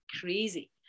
crazy